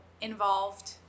involved